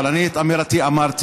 אבל אני את אמירתי אמרתי,